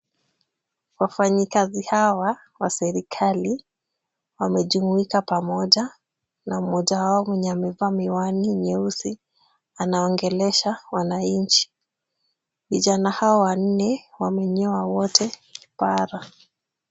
Wafanyikazi hawa wa serikali wamejumuika pamoja na mmoja wao mwenye amevaa miwani nyeusi anaongelesha wananchi. Vijana hawa wanne wamenyoa wote kipara.